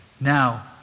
Now